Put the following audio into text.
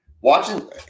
watching